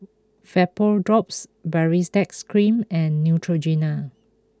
VapoDrops Baritex Cream and Neutrogena